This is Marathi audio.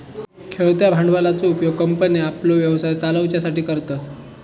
खेळत्या भांडवलाचो उपयोग कंपन्ये आपलो व्यवसाय चलवच्यासाठी करतत